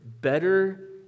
Better